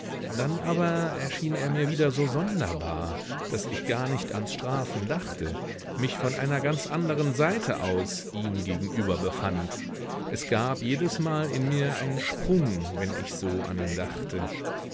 dann aber erschien er mir wieder so sonderbar daß ich gar nicht ans strafen dachte mich von einer ganz anderen seite aus ihm gegenüber befand es gab jedesmal in mir einen sprung wenn ich so an ihn dachte